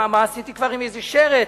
מה כבר עשיתי, עם איזה שרץ?